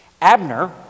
Abner